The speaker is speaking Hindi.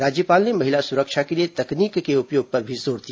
राज्यपाल ने महिला सुरक्षा के लिए तकनीक के उपयोग पर भी जोर दिया